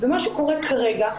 ומה שקורה כרגע,